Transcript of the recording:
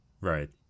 Right